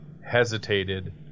hesitated